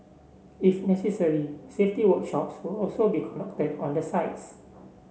if necessary safety workshops will also be conducted on the sites